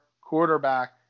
quarterback